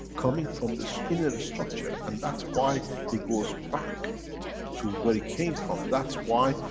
coming from this inner structure. and that's why it goes back to where it came from. that's why,